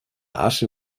asche